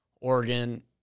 Oregon